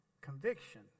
conviction